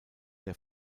der